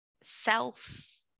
self